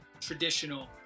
traditional